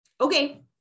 okay